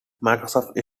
microsoft